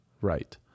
right